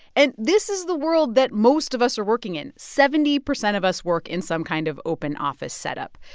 and this is the world that most of us are working in. seventy percent of us work in some kind of open office set up.